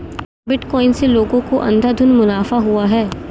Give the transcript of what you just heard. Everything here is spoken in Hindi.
बिटकॉइन से लोगों को अंधाधुन मुनाफा हुआ है